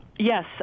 Yes